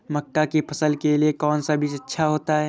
मक्का की फसल के लिए कौन सा बीज अच्छा होता है?